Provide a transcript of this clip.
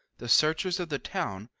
the searchers of the town,